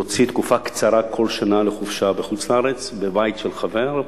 להוציא תקופה קצרה כל שנה לחופשה בבית של חבר בחוץ-לארץ,